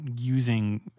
using